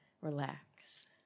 relax